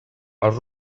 els